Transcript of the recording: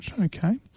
Okay